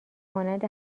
مانند